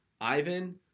ivan